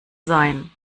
sein